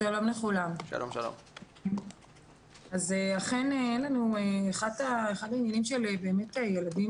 שלום לכולם, העניין של ילדים